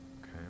okay